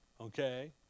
Okay